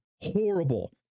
Horrible